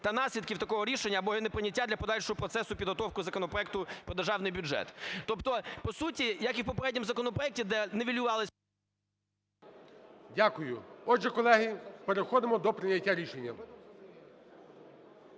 та наслідків такого рішення або не прийняття для подальшого процесу підготовки законопроекту про Державний бюджет. Тобто по суті, як і в попередньому законопроекту, де нівелювались… ГОЛОВУЮЧИЙ. Дякую. Отже, колеги, переходимо до прийняття рішення.